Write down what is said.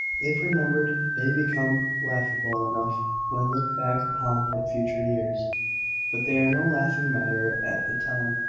if remembered, they become laughable enough when looked back upon from future years but they are no laughing matter at the time.